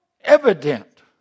evident